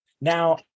Now